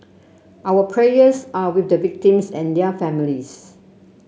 our prayers are with the victims and their families